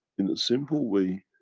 in a simple way,